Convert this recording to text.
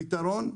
הפתרון,